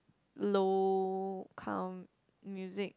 low count music